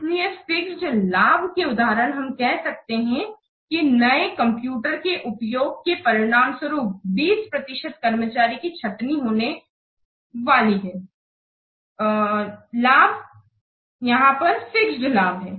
इसलिए फिक्स्ड लाभ के उदाहरण में हम कह सकते हैं कि नए कम्प्यूटर के उपयोग के परिणामस्वरूप 20 प्रतिशत कर्मचारी की छटनी से होने वाला लाभ फिक्स्ड लाभ हैं